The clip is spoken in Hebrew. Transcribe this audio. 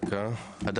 ערן.